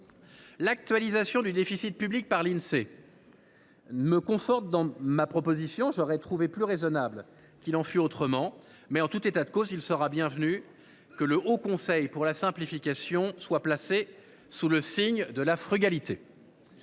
chiffres du déficit public par l’Insee conforte ma proposition. J’aurais trouvé plus raisonnable qu’il en fût autrement. En tout état de cause, il serait bienvenu que le haut conseil à la simplification soit placé sous le signe de la frugalité.